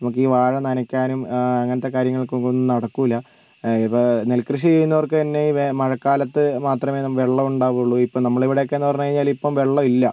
നമുക്ക് ഈ വാഴ നനയ്ക്കാനും അങ്ങനത്തെ കാര്യങ്ങൾക്കൊന്നും നടക്കില്ല ഇപ്പോൾ നെൽകൃഷി ചെയ്യുന്നവർക്ക് തന്നെ വേ മഴക്കാലത്ത് മാത്രമേ വെള്ളം ഉണ്ടാകുള്ളൂ ഇപ്പോൾ നമ്മൾ ഇവിടെ ഒക്കെ എന്ന് പറഞ്ഞുകഴിഞ്ഞാൽ ഇപ്പം വെള്ളം ഇല്ല